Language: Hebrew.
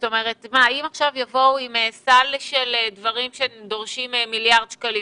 אם יבואו עכשיו עם סל של דברים שדורשים מיליארד שקלים,